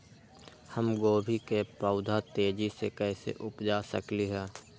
हम गोभी के पौधा तेजी से कैसे उपजा सकली ह?